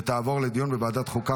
ותעבור לדיון בוועדת החוקה,